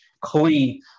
clean